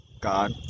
God